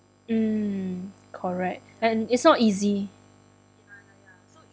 mm correct and it's not easy